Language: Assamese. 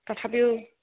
তথাপিও